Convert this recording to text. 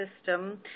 system